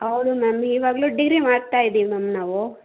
ಹೌದು ಮ್ಯಾಮ್ ಈವಾಗಲೂ ಡಿಗ್ರಿ ಮಾಡ್ತಾಯಿದ್ದೀವಿ ಮ್ಯಾಮ್ ನಾವು